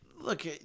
Look